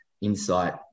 insight